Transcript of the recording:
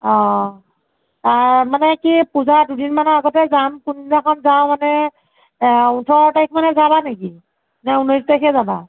অঁ অঁ মানে কি পূজাৰ দুদিন মানৰ আগতেই যাম কোনদিনাখন যাওঁ মানে ওঁঠৰ তাৰিখ মানে যাবা নেকি নে ঊনৈছ তাৰিখে যাবা